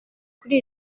kuri